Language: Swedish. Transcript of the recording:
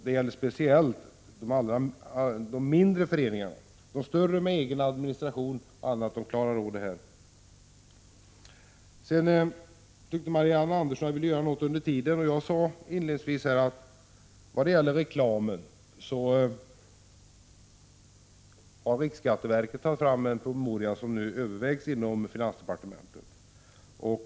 Det gäller speciellt de mindre föreningarna. De större med egen administration klarar nog av detta själva. Marianne Andersson tyckte att vi borde kunna göra något under tiden. Jag sade inledningsvis att vad gäller reklamen har riksskatteverket lagt fram en promemoria som nu övervägs inom finansdepartementet.